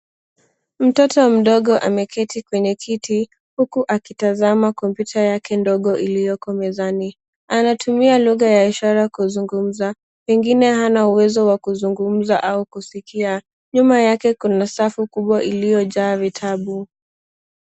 Mtoto mdogo ameketi kwenye kiti huku akitazama kompyuta yake ndogo iliyoko mezani. Anatumia lugha ya ishara kuzungumza , pengine hana uwezo wa kuzungumza au kusikia. Nyuma yake kuna safu kubwa iliyojaa vitabu.